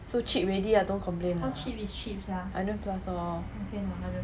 so cheap already don't complain ah hundred plus lor